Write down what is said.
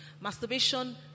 Masturbation